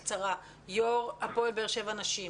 יו"ר הפועל באר שבע נשים,